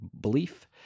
belief